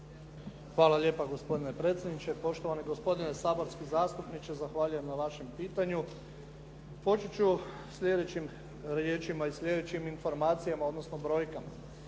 Hvala lijepo gospodine predsjedniče, poštovani gospodine saborski zastupniče zahvaljujem na vašem pitanju. Početi ću sljedećim riječima i sljedećim informacijama, odnosno brojkama.